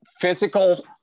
physical